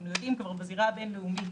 אנחנו יודעים שבזירה הבין-לאומית